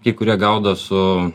kai kurie gaudo su